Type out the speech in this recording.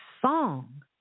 song